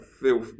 feel